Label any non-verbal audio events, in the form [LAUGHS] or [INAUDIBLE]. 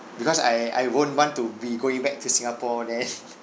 because I I won't want to be going back to singapore then [LAUGHS]